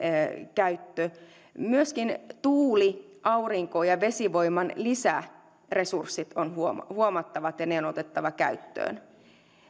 käyttö myöskin tuuli aurinko ja vesivoiman lisäresurssit ovat huomattavat ja ne on otettava käyttöön